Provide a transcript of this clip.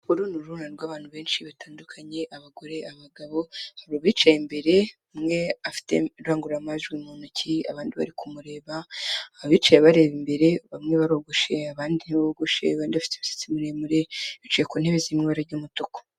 Uru ni uruhurirane rw'abantu benshi batandukanye, abagore, abagabo, hari uwicaye imbere umwe afite irangururamajwi mu ntoki, abandi bari kumureba, abicaye bareba imbere bamwe barogoshe abandi ntibobogoshe, abandi bafite imisatsi miremure, bicaye ku ntebe z'ibara ry'umutuku.